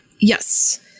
yes